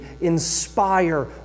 inspire